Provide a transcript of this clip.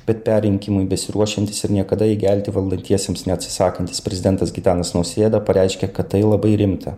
bet perrinkimui besiruošiantis ir niekada įgelti valdantiesiems neatsisakantis prezidentas gitanas nausėda pareiškė kad tai labai rimta